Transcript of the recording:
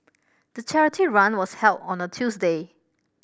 the charity run was held on a Tuesday